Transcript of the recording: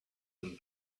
them